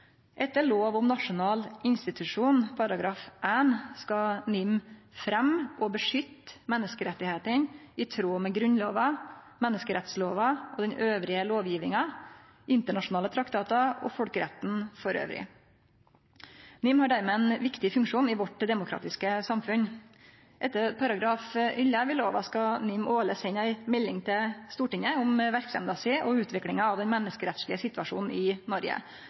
Etter lov om nasjonal institusjon § 1 skal NIM «fremme og beskytte menneskerettighetene i tråd med Grunnloven, menneskerettsloven og den øvrige lovgivning, internasjonale traktater og folkeretten for øvrig». NIM har dermed ein viktig funksjon i vårt demokratiske samfunn. Etter § 11 i lova skal NIM årleg sende ei melding til Stortinget om verksemda si og utviklinga av den menneskerettslege situasjonen i